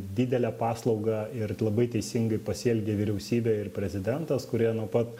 didelę paslaugą ir labai teisingai pasielgė vyriausybė ir prezidentas kurie nuo pat